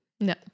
No